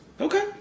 Okay